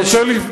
אני מבקש לסיים.